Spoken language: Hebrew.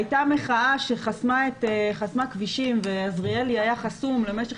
הייתה מחאה שחסמה כבישים ועזריאלי היה חסום למשך